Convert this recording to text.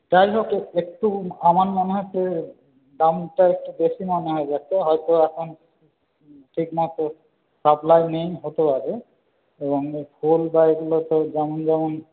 যাইহোক একটু আমার মনে হচ্ছে দামটা একটু বেশি মনে হয়ে যাচ্ছে হয়তো এখন ঠিকমতো সাপ্লাই নেই হতে পারে ফুল বা এগুলোর তো যেমন যেমন